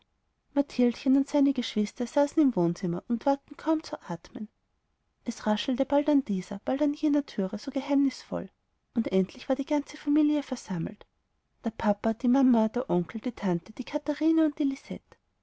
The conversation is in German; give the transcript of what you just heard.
und seine geschwisterchen saßen im wohnzimmer und wagten kaum zu atmen es raschelte bald an dieser bald an jener türe so geheimnisvoll und endlich war die ganze familie versammelt der papa die mama der onkel die tante die kathrine und